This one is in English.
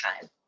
time